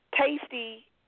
Tasty